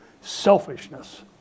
selfishness